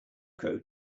crow